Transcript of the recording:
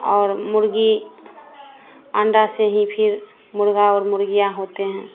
और मुर्गी अंडा से ही फिर मुर्गा और मुर्गियाँ होते हैं